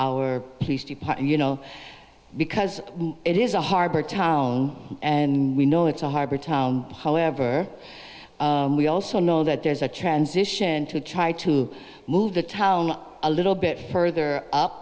department you know because it is a harbor town and we know it's a harbor town however we also know that there's a transition to try to move the town a little bit further up